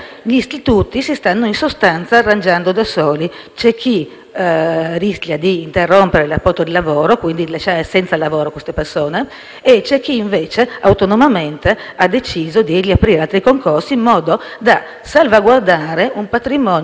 chi rischia di interrompere il rapporto di lavoro, lasciando quindi senza lavoro queste persone e c'è chi, invece, autonomamente, ha deciso di riaprire altri concorsi in modo da salvaguardare un patrimonio prezioso per l'istituto e per l'intera sanità pubblica.